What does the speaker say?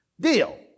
Deal